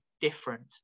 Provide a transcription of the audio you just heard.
different